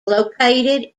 located